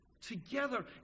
Together